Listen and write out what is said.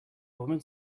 woman